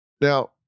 Now